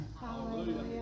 Hallelujah